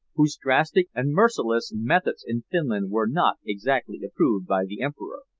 whose drastic and merciless methods in finland were not exactly approved by the emperor.